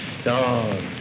stars